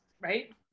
right